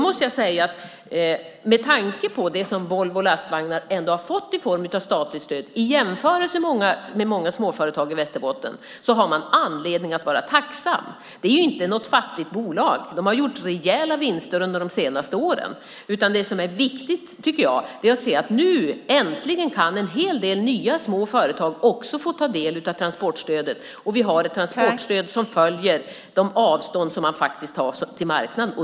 Med tanke på det som Volvo Lastvagnar ändå har fått i form av statligt stöd i jämförelse med många småföretag i Västerbotten har man anledning att vara tacksam. Det är inte något fattigt bolag. Det har gjort rejäla vinster under de senaste åren. Nu kan äntligen en hel del nya små företag också få ta del av transportstödet. Vi har ett transportstöd som följer av de avstånd som man har till marknaden.